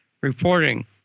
reporting